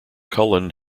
cullen